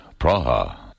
Praha